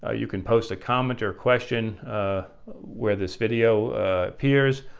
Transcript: ah you can post a comment or question where this video appears,